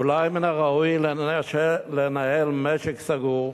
אולי מן הראוי לנהל משק סגור.